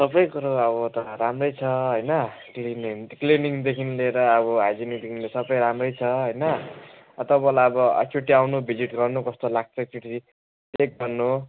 सबै कुरो अब त राम्रै छ होइन क्लिनिङ क्लिनिङदेखिन् लिएर अब हाइजिनदेखि लिएर सबै राम्रै छ होइन तपाईँलाई अब एकचोटि आउनु भिजिट गर्नु कस्तो लाग्छ एकचोटि एक भन्नु